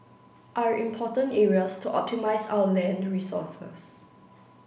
are important areas to optimise our land resources